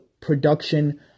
production